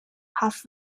half